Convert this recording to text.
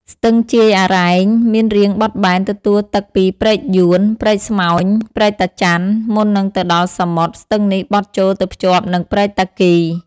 ស្ទឹងជាយអារែង មានរាងបត់បែន ទទួលទឹកពីព្រែកយួន ព្រែកស្មោញ ព្រែកតាចាន់ មុននឹងទៅដល់សមុទ្រ ស្ទឹងនេះបត់ចូលទៅភ្ជាប់នឹងព្រែកតាគី។